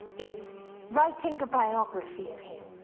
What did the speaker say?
is writing a biography of him,